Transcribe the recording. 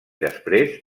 després